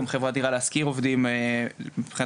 גם חברת "דירה להשכיר" עובדים על זה מבחינת